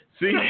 See